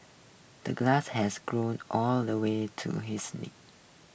the grass has grown all the way to his knees